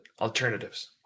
alternatives